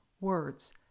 words